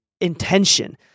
intention